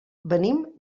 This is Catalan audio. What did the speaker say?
venim